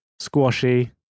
Squashy